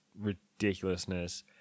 ridiculousness